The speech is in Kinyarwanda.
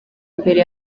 mbere